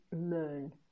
learn